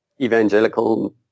evangelical